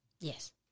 Yes